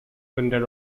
printed